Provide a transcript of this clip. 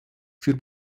für